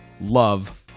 love